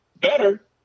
better